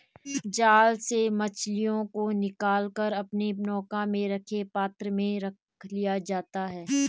जाल से मछलियों को निकाल कर अपने नौका में रखे पात्र में रख लिया जाता है